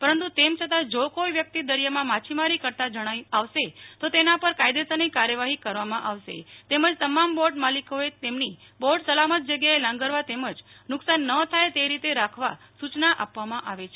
પરંતુ તેમ છતાં જો કોઈ વ્યક્તિ દરિયામાં મછીમારી કરતા જણાય આવશે તો તેના પર કાયદેસરની કાર્યવાહી કરવામાં આવશે તેમજ તમામ બોટ માલિકોએ તેમની બોટ સલામત જગ્યાએ લાંગરવા તેમજ નુ કસાન ન થાય તે રીતે રાખવા સૂ યના આપવામાં આવે છે